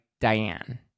diane